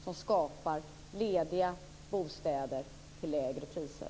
Den skapar lediga bostäder till lägre priser.